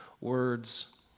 words